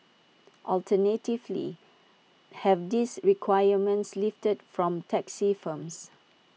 alternatively have these requirements lifted from taxi firms